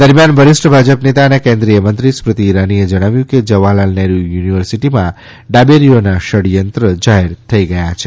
દરમિયાન વરિષ્ઠ ભાજપ નેતા અને કેન્દ્રીય મંત્રી સ્મૃતિ ઈરાનીએ જણાવ્યું છેકે જવાહરલાલ નહેરૂ યુનિવર્સિટીમાં ડાબેરીઓના પડયંત્ર જાહેર થઈ ગયાં છે